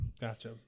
Gotcha